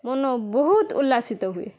ମନ ବହୁତ ଉଲ୍ଲାସିତ ହୁଏ